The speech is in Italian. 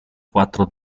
quattro